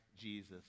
Jesus